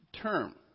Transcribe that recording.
term